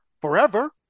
forever